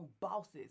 bosses